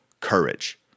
courage